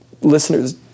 listeners